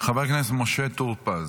חבר הכנסת משה טור פז.